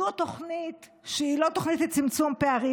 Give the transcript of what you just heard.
זו תוכנית שהיא לא תוכנית לצמצום פערים,